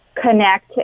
Connect